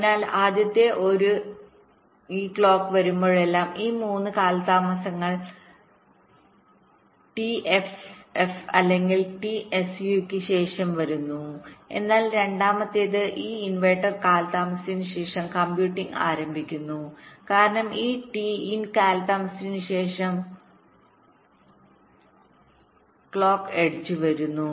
അതിനാൽ ആദ്യത്തെ 1 ഈ ക്ലോക്ക് വരുമ്പോഴെല്ലാം ഈ 3 കാലതാമസങ്ങൾ ആ ടി എഫ്എഫ് അല്ലെങ്കിൽ ടി സുയ്ക്ക് ശേഷം വരുന്നു എന്നാൽ രണ്ടാമത്തേത് ഈ ഇൻവെർട്ടർ കാലതാമസത്തിന് ശേഷം കമ്പ്യൂട്ടിംഗ് ആരംഭിക്കുന്നു കാരണം ഈ ടി ഇൻ കാലതാമസത്തിന് ശേഷം ഈ ക്ലോക്ക് എഡ്ജ് വരുന്നു